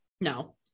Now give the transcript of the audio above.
No